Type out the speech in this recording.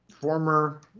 former